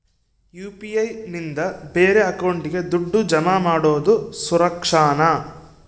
UPI ನಿಂದ ಬೇರೆ ಅಕೌಂಟಿಗೆ ದುಡ್ಡು ಜಮಾ ಮಾಡೋದು ಸುರಕ್ಷಾನಾ?